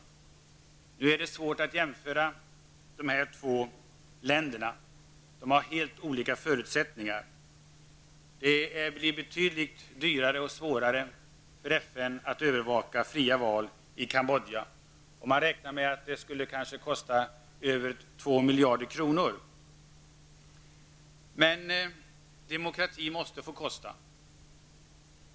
Nu är det svårt att jämföra dessa två länder. De har helt olika förutsättningar. Det blir betydligt dyrare och svårare för FN att övervaka fria val i Kambodja, och man räknar med att det kanske skulle kosta över 2 miljarder kronor. Men demokrati måste få kosta.